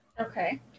Okay